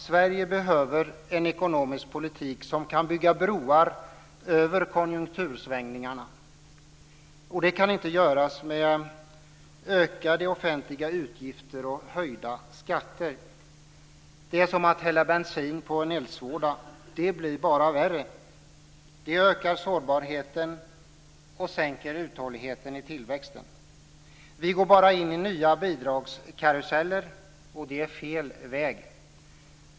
Sverige behöver en ekonomisk politik som kan bygga broar över konjunktursvängningarna. Det kan inte göras genom ökade offentliga utgifter och höjda skatter. Det är som att hälla bensin på en eldsvåda. Det blir bara värre. Det ökar sårbarheten och sänker uthålligheten i tillväxten. Vi går bara in i nya bidragskaruseller. Det är fel väg.